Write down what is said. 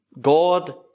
God